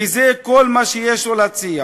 כ׳ זה כל מה שיש לו להציע.